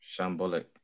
Shambolic